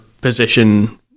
position